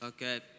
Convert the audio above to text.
Okay